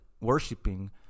worshipping